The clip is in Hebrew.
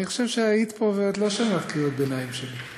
אני חושב שהיית פה ואת לא שמעת קריאות ביניים שלי,